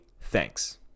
thanks